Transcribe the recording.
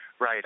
Right